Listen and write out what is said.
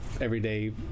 everyday